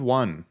one